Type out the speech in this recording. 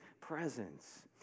presence